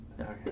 Okay